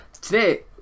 today